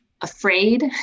afraid